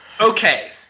Okay